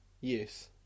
Yes